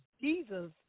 Jesus